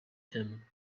him